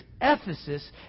Ephesus